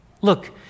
Look